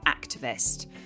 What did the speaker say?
Activist